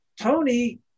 Tony